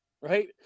right